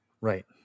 Right